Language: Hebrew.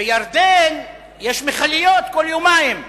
בירדן יש מכליות כל יומיים.